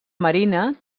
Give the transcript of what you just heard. marina